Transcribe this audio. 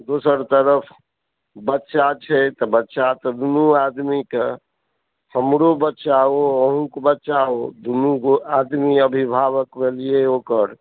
दोसर तरफ बच्चा छै तऽ वच्चा तऽ दुनू आदमीकऽ हमरो बच्चा ओ अहुँक बच्चा ओ दुनूगो आदमी अभिभावक भेलियै ओकर